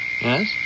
yes